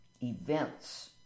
events